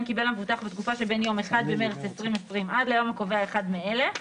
קיבל המבוטח בתקופה שבין יום 1 במרץ 2020 עד ליום הקובע אחד מאלה,